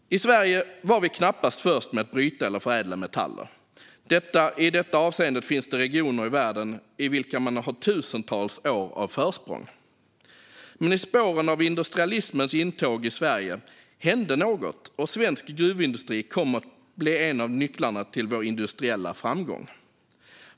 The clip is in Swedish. I Sverige var vi knappast först med att bryta eller förädla metaller. I detta avseende finns det regioner i världen i vilka man har tusentals år av försprång. Men i spåren av industrialismens intåg i Sverige hände något, och svensk gruvindustri kom att bli en av nycklarna till vår industriella framgång.